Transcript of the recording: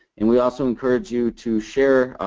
and we also encourage you to share